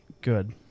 good